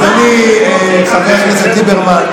חבר הכנסת ליברמן,